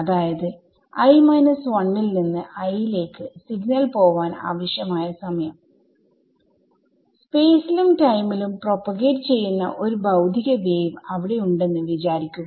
അതായത് ൽ നിന്ന് i ലേക്ക് സിഗ്നൽ പോവാൻ ആവശ്യമായ സമയം സ്പേസിലും ടൈമിലും പ്രൊപോഗേറ്റ്ചെയ്യുന്ന ഒരു ഭൌതിക വേവ് അവിടെ ഉണ്ടെന്ന് വിചാരിക്കുക